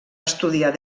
estudiar